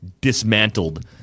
dismantled